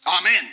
Amen